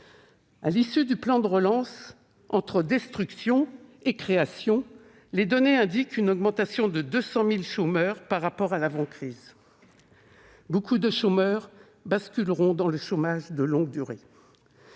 À l'issue du plan de relance, entre destructions et créations d'emplois, les données indiquent une augmentation de 200 000 chômeurs par rapport à l'avant-crise et de nombreux chômeurs basculeront dans le chômage de longue durée.